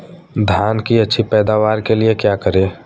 धान की अच्छी पैदावार के लिए क्या करें?